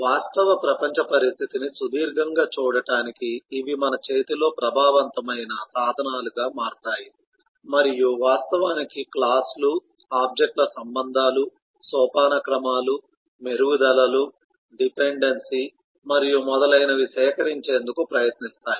వాస్తవ ప్రపంచ పరిస్థితిని సుదీర్ఘంగా చూడటానికి ఇవి మన చేతిలో ప్రభావవంతమైన సాధనాలుగా మారతాయి మరియు వాస్తవానికి క్లాస్ లు ఆబ్జెక్ట్ ల సంబంధాలు సోపానక్రమాలు మెరుగుదలలు డిపెండెన్సీ మరియు మొదలైనవి సేకరించేందుకు ప్రయత్నిస్తాయి